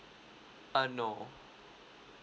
err no